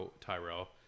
Tyrell